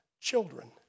children